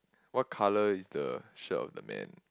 what colour is the shirt of the man